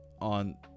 on